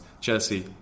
Chelsea